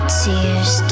tears